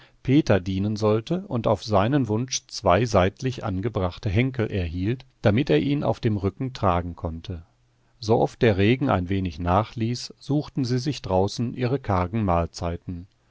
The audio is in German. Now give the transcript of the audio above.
peter dienen sollte und auf seinen wunsch zwei seitlich angebrachte henkel erhielt damit er ihn auf dem rücken tragen konnte sooft der regen ein wenig nachließ suchten sie sich draußen ihre kargen mahlzeiten